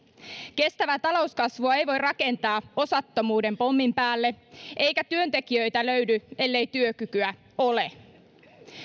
kestävää talouskasvua ei voi rakentaa osattomuuden pommin päälle eikä työntekijöitä löydy ellei työkykyä ole nyt